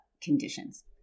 conditions